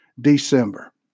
December